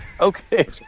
Okay